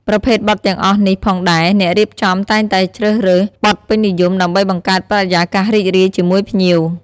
ប្រភេទបទទាំងអស់នេះផងដែរ អ្នករៀបចំតែងតែជ្រើសរើសបទពេញនិយម ដើម្បីបង្កើតបរិយាកាសរីករាយជាមួយភ្ញៀវ។